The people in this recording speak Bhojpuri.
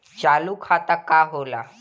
चालू खाता का होला?